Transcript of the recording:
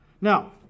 Now